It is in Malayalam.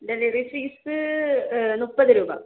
ഡെലിവറി ഫീസ് മുപ്പത് രൂപ